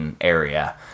area